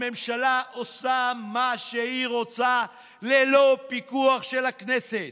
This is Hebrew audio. הממשלה עושה מה שהיא רוצה ללא פיקוח של הכנסת.